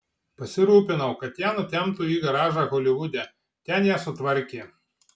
pasirūpinau kad ją nutemptų į garažą holivude ten ją sutvarkė